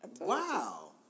Wow